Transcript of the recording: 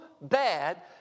bad